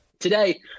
Today